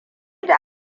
da